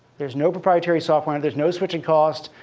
there's no proprietary software. and there's no switching cost.